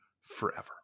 forever